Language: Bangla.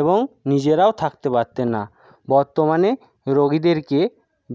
এবং নিজেরাও থাকতে পারতেন না বর্তমানে রোগীদেরকে